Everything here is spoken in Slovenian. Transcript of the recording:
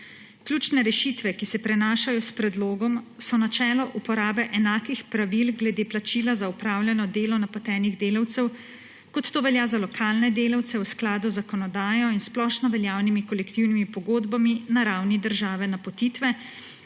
Ključne rešitve, ki se prenašajo s predlogom, so načelo uporabe enakih pravil glede plačila za opravljeno delo napotenih delavcev, kot to velja za lokalne delavce v skladu z zakonodajo in splošnoveljavnimi kolektivnimi pogodbami na ravni države napotitve,